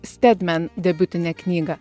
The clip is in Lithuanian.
stedmen debiutinę knygą